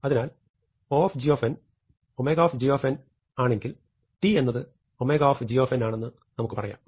അതിനാൽ Og ῼg ആണെങ്കിൽ t എന്നത് Θg ആണെന്ന് നമുക്ക് പറയാം